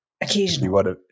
Occasionally